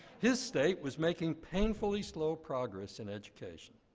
his state was making painfully slow progress in education.